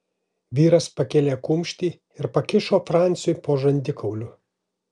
vyras pakėlė kumštį ir pakišo franciui po žandikauliu